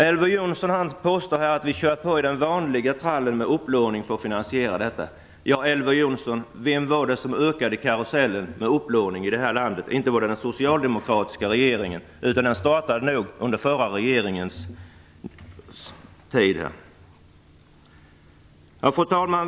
Elver Jonsson påstår att vi går på i den vanliga trallen med upplåning för att finansiera detta. Ja, Elver Jonsson, vem var det som ökade farten på upplåningskarusellen i vårt land? Inte var det den socialdemokratiska regeringen, utan det skedde under den förra regeringens tid. Fru talman!